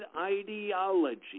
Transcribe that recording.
ideology